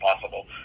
possible